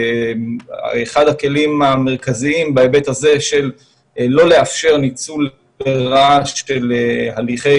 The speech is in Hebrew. אחד הכלים המרכזיים בהיבט הזה של לא לאפשר ניצול לרעה של הליכי